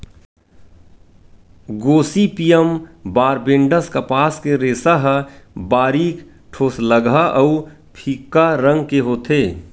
Gossypium barbadense कपास के रेसा ह बारीक, ठोसलगहा अउ फीक्का रंग के होथे